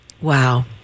Wow